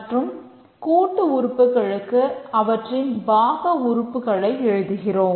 மற்றும் கூட்டு உறுப்புகளுக்கு அவற்றின் பாகஉறுப்புகளை எழுதுகிறோம்